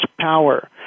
power